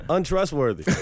Untrustworthy